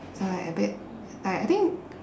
so like a bit like I think